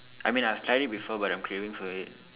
I mean I've tried it before but I'm craving for it